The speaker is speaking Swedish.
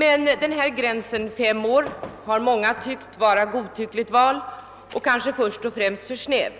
Den femärsgräns som sattes har emellertid många ansett vara godtyckligt vald och kanske först och främst för snäv.